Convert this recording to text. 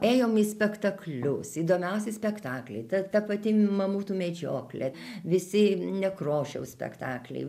ėjom į spektaklius įdomiausi spektakliai ta ta pati mamutų medžioklė visi nekrošiaus spektakliai